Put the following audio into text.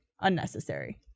unnecessary